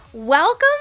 Welcome